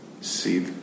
see